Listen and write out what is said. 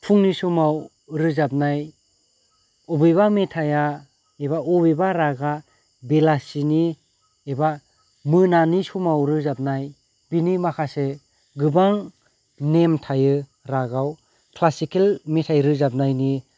फुंनि समाव रोजाबनाय अबेबा मेथाइआ एबा अबेबा रागा बेलासिनि एबा मोनानि समाव रोजाबनाय बिनि माखासे गोबां नेम थायो रागाव क्लासिकेल मेथाइ रोजाबनायनि